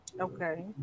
Okay